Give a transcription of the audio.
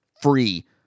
free